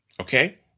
Okay